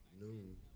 noon